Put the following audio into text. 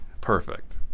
Perfect